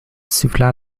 siffla